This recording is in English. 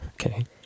okay